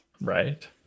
Right